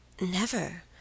Never